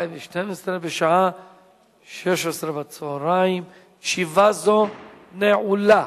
בשעה 16:00.